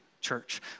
church